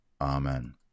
Amen